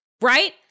right